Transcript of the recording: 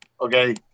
Okay